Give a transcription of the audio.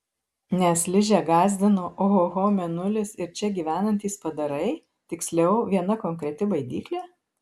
nes ližę gąsdino ohoho mėnulis ir čia gyvenantys padarai tiksliau viena konkreti baidyklė